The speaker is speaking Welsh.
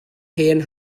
hen